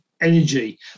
energy